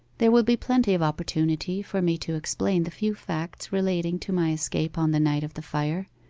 there will be plenty of opportunity for me to explain the few facts relating to my escape on the night of the fire.